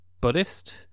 Buddhist